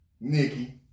Nikki